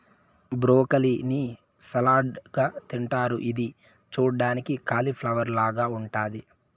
broccoli ని salad గా తింటారు ఇది చూడ్డానికి కాలిఫ్లవర్ లాగ ఉంటాది